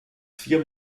vier